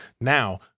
Now